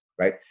right